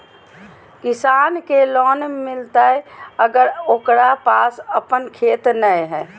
किसान के लोन मिलताय अगर ओकरा पास अपन खेत नय है?